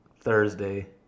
Thursday